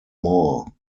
more